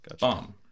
Bomb